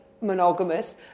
monogamous